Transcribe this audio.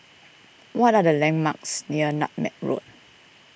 what are the landmarks near Nutmeg Road